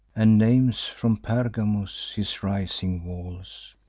and names from pergamus his rising walls.